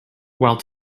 while